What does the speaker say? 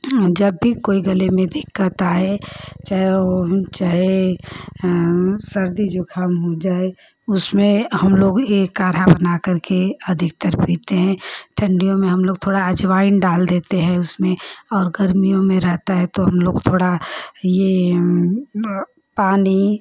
जब भी कोई गले में दिक्कत आए चाहे चाहे सर्दी जुक़ाम हो जाए उसमें हमलोग यह काढ़ा बना करके अधिकतर पीते हैं ठण्डियों में हमलोग थोड़ा अजवाइन डाल देते हैं उसमें और गर्मियों में रहता है तो हमलोग थोड़ा यह पानी